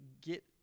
get